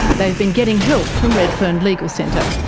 they've been getting help from redfern legal centre,